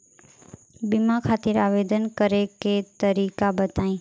बीमा खातिर आवेदन करे के तरीका बताई?